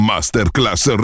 Masterclass